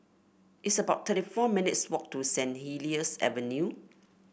it's about thirty four minutes' walk to Saint Helier's Avenue